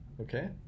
okay